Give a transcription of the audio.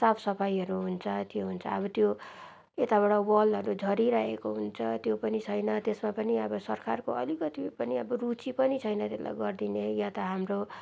साफ सफाइहरू हुन्छ त्यो हुन्छ अब त्यो यताबाट वालहरू झरिरहेको हुन्छ त्यो पनि छैन त्यसमा पनि अब सरकारको अलिकति पनि अब रुचि पनि छैन त्यसलाई गरिदिने यहाँ त हाम्रो